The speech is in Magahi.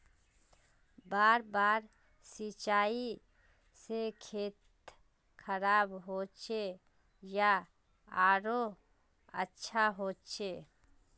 बार बार सिंचाई से खेत खराब होचे या आरोहो अच्छा होचए?